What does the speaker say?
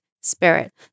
spirit